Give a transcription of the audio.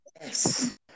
Yes